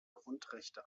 grundrechte